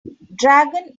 dragon